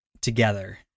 together